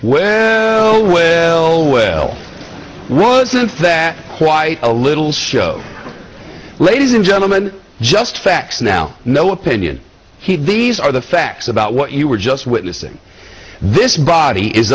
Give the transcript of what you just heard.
with well known well since that quite a little show ladies and gentlemen just facts now no opinion he these are the facts about what you were just witnessing this body is